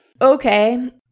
Okay